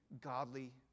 godly